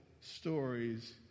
stories